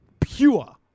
pure